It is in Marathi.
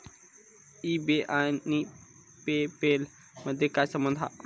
ई बे आणि पे पेल मधे काय संबंध हा?